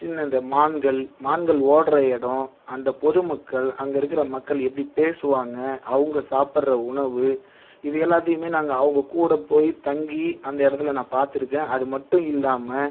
சின்ன அந்த மான்கள் மான்கள் ஓடுகிற இடம் அந்தப் பொதுமக்கள் அங்கே இருக்கிற மக்கள் எப்படி பேசுவாங்க அவங்க சாப்பிட்ற உணவு இது எல்லாத்தையுமே நாங்கள் அவங்க கூடப் போய்த் தங்கி அந்த இடத்துல பார்த்துருக்கேன் அதுமட்டும் இல்லாமல்